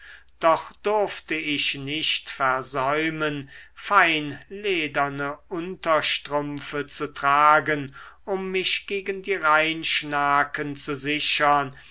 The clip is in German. doch durfte ich nicht versäumen feinlederne unterstrümpfe zu tragen um mich gegen die rheinschnacken zu sichern